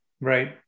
Right